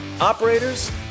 operators